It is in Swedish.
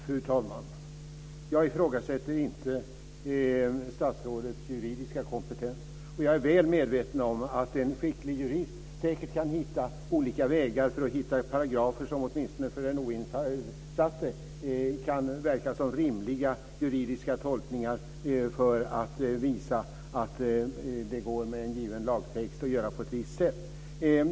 Fru talman! Jag ifrågasätter inte statsrådets juridiska kompetens, och jag är väl medveten om att en skicklig jurist säkert kan hitta olika vägar för att hitta paragrafer som åtminstone för den oinsatte kan verka som rimliga juridiska tolkningar för att visa att det med en given lagtext går att göra på ett visst sätt.